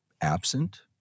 absent